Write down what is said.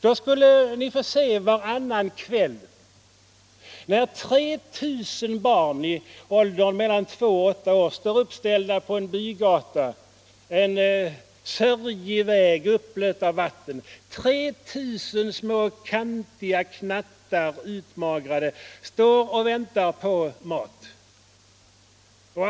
Då skulle ni varannan kväll få se när 3 000 barn i åldern två till åtta år står uppställda på en bygata — en sörjig väg, uppblött av regn. Där står 3 000 små kantiga utmagrade knattar och väntar på att få gröt.